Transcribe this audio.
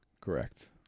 Correct